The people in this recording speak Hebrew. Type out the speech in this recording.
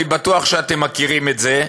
אני בטוח שאתם מכירים את זה,